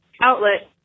outlet